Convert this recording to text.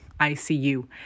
ICU